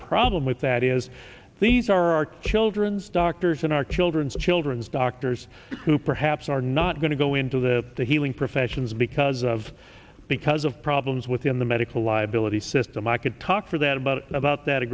problem with that is these are our children's doctors and our children's children's doctors who perhaps are not going to go into the healing professions be was of because of problems within the medical liability system i could talk for that about about that a